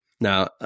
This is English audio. Now